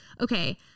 okay